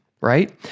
right